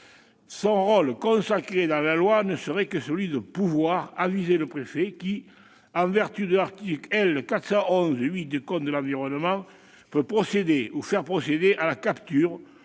Son rôle consacré dans la loi ne serait que celui de « pouvoir » aviser le préfet, qui, en vertu de l'article L. 411-8 du code de l'environnement, peut procéder ou faire procéder à la capture,